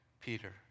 Peter